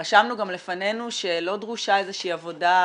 רשמנו גם לפנינו שלא דרושה איזה עבודה,